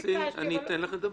תרצי, אני אתן לך לדבר.